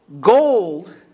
Gold